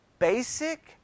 Basic